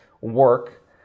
work